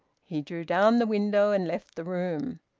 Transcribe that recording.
he drew down the window, and left the room.